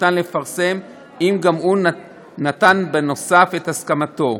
ניתן לפרסם אם גם הוא נתן בנוסף את הסכמתו.